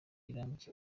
rirambye